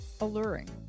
alluring